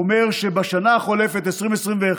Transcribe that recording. הוא אומר שבשנה החולפת, 2021,